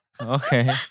Okay